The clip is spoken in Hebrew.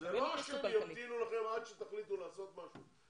זה לא שהם ימתינו לכם עד שתחליטו לעשות משהו,